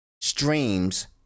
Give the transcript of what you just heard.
streams